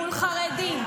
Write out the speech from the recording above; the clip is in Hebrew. מול חרדים,